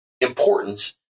importance